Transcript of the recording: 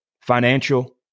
financial